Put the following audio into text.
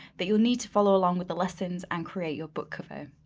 that you'll need to follow along with the lessons and create your book cover.